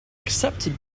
accepted